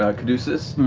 ah caduceus,